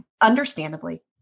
understandably